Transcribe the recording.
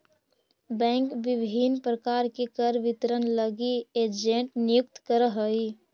bank विभिन्न प्रकार के कर वितरण लगी एजेंट नियुक्त करऽ हइ